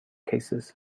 cases